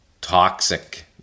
toxic